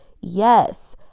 Yes